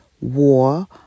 war